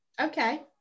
Okay